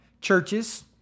churches